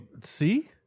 See